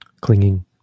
clinging